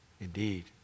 indeed